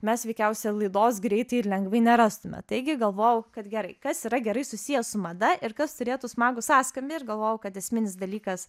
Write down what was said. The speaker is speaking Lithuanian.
mes veikiausiai laidos greitai ir lengvai nerastume taigi galvojau kad gerai kas yra gerai susiję su mada ir kas turėtų smagų sąskambį ir galvoju kad esminis dalykas